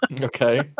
okay